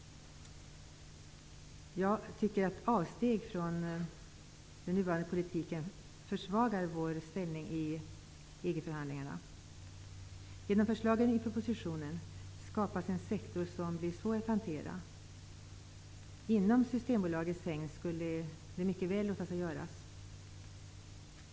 Jag tycker att avsteg från den nuvarande politiken försvagar vår ställning i EG-förhandlingarna. Genom förslaget i propositionen skapas en sektor som blir svår att hantera. Det här skulle mycket väl kunna låta sig göras inom Systembolagets hägn.